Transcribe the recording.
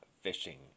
fishing